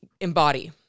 embody